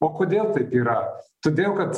o kodėl taip yra todėl kad